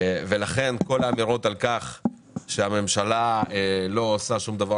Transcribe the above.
ולכן כל האמירות על כך שהממשלה לא עושה שום דבר